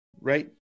right